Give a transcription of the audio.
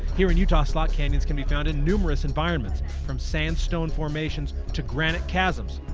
here in utah slot canyons can be found in numerous environments, from sand stone formations to granite chasms,